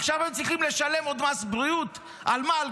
עכשיו הם צריכים לשלם עוד מס בריאות, על מה?